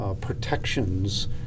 protections